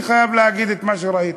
אני חייב להגיד את מה שראיתי.